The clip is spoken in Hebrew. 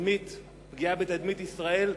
פגיעה בתדמית ישראל,